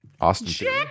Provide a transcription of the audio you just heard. Austin